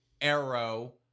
arrow